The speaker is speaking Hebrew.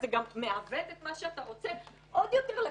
זה גם מעוות את מה שאתה רוצה עוד יותר לקצה,